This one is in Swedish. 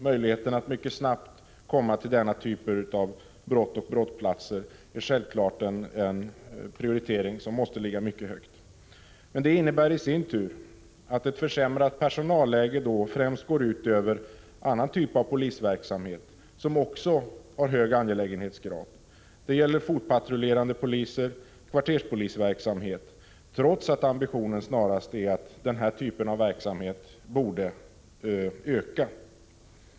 Möjligheten att mycket snabbt rycka ut vid denna typ av brott och att snabbt komma till brottsplatsen måste självfallet prioriteras mycket högt. Men detta innebär i sin tur att ett försämrat personalläge främst går ut över annan typ av polisverksamhet som också har hög angelägenhetsgrad. Det gäller fotpatrullerande poliser och kvarterspolisverksamhet, trots att ambitionen snarast är att den här typen av verksamhet borde öka.